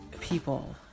people